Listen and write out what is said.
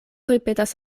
ripetas